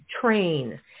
train